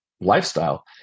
lifestyle